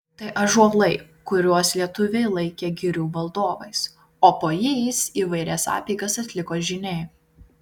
tai ąžuolai kuriuos lietuviai laikė girių valdovais o po jais įvairias apeigas atliko žyniai